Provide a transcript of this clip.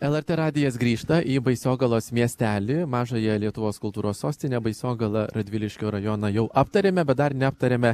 lrt radijas grįžta į baisogalos miestelį mažąją lietuvos kultūros sostinę baisogalą radviliškio rajoną jau aptarėme bet dar neaptarėme